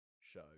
show